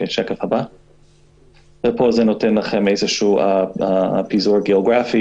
פה זה פיזור גיאוגרפי